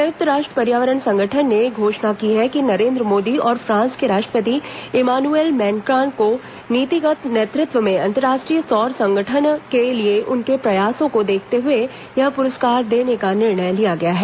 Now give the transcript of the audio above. संयुक्त राष्ट्र पर्यावरण संगठन ने घोषणा की है कि नरेन्द्र मोदी और फ्रांस के राष्ट्रपति इमानुएल मैक्रां को नीतिगत नेतृत्व में अंतर्राष्ट्रीय सौर गठबंधन के लिए उनके प्रयासों को देखते हए यह पुरस्कार देने का निर्णय लिया गया है